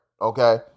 okay